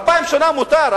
אלפיים שנה מותר.